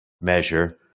measure